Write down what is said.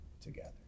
together